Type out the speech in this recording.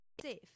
safe